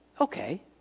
okay